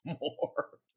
more